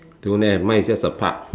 don't have mine is just a park